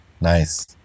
Nice